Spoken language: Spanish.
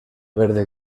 verde